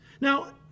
Now